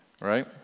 right